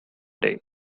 day